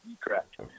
Correct